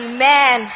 Amen